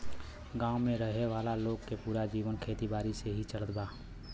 गांव में रहे वाला लोग के पूरा जीवन खेती बारी से ही चलत बा